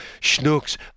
Schnook's